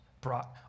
brought